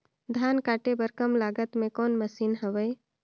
धान काटे बर कम लागत मे कौन मशीन हवय?